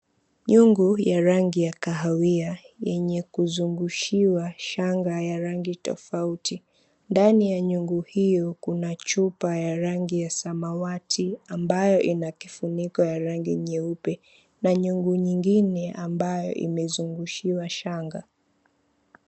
Nyungu ya rangi ya kahawia yenye kuzungushiwa shanga ya rangi tofauti. Ndani ya nyungu hiyo, kuna chupa ya rangi ya samawati, ambayo ina kifuniko ya rangi nyeupe. Na nyungu nyingine ambayo imezungushiwa shanga.